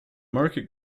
market